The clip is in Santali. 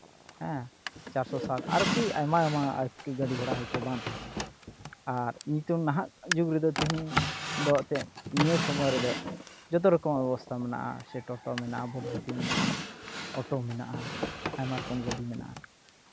ᱦᱮᱸ ᱪᱟᱨᱥᱚ ᱥᱟᱛ ᱟᱨᱚᱠᱤ ᱟᱭᱢᱟ ᱟᱭᱢᱟ ᱜᱟᱹᱰᱤ ᱜᱷᱚᱲᱟ ᱦᱳᱭᱛᱳ ᱵᱟᱝ ᱛᱟᱦᱮᱸᱠᱟᱱᱟ ᱟᱨ ᱱᱤᱛᱳᱝ ᱱᱟᱦᱟᱜ ᱡᱩᱜᱽ ᱨᱮᱫᱚ ᱛᱤᱦᱤᱧ ᱫᱚ ᱮᱱᱛᱮᱫ ᱱᱤᱭᱟᱹ ᱥᱚᱢᱚᱭ ᱨᱮᱫᱚ ᱡᱚᱛᱚ ᱨᱚᱠᱚᱢᱟᱜ ᱵᱮᱵᱚᱥᱛᱟ ᱢᱮᱱᱟᱜᱼᱟ ᱥᱮ ᱴᱳᱴᱳ ᱢᱮᱱᱟᱜᱼᱟ ᱥᱮ ᱵᱷᱳᱴᱵᱷᱚᱴᱤ ᱢᱮᱱᱟᱜᱼᱟ ᱚᱴᱳ ᱢᱮᱱᱟᱜᱼᱟ ᱟᱭᱢᱟ ᱨᱚᱠᱚᱢ ᱜᱟᱹᱰᱤ ᱢᱮᱱᱟᱜᱼᱟ